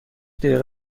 دقیقه